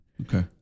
Okay